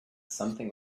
something